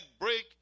break